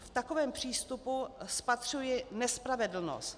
V takovém přístupu spatřuji nespravedlnost.